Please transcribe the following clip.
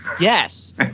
Yes